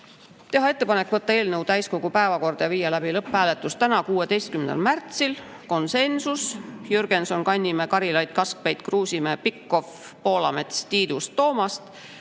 Teha ettepanek võtta eelnõu täiskogu päevakorda ja viia läbi lõpphääletus täna, 16. märtsil, konsensus: Jürgenson, Kannimäe, Karilaid, Kaskpeit, Kruusimäe, Pikhof, Poolamets, Tiidus ja Toomast.